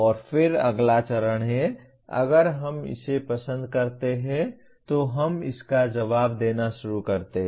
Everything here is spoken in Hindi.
और फिर अगला चरण है अगर हम इसे पसंद करते हैं तो हम इसका जवाब देना शुरू करते हैं